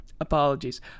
Apologies